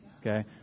okay